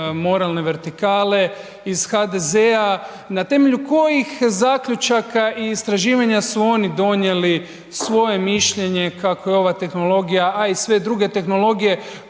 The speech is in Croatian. moralne vertikale iz HDZ-a na temelju kojih zaključaka i istraživanja su oni donijeli svoje mišljenje kako je ova tehnologija, a i sve druge tehnologije